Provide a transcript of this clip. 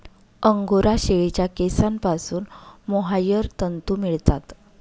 angora शेळीच्या केसांपासून mohair तंतू मिळतात